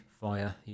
fire